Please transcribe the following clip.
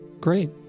great